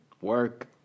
work